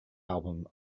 album